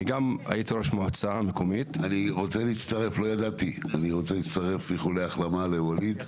אני רוצה להצטרף לאיחולי החלמה לווליד,